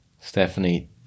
Stephanie